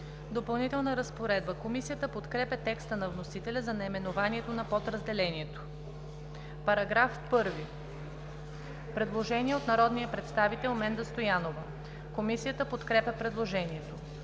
„Допълнителна разпоредба“. Комисията подкрепя текста на вносителя за наименованието на подразделението. По § 1 има предложение от народния представител Менда Стоянова. Комисията подкрепя по принцип